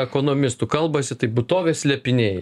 ekonomistu kalbasi tai būtovės slėpiniai